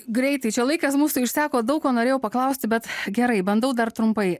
greitai čia laikas mūsų išseko daug ko norėjau paklausti bet gerai bandau dar trumpai